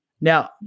Now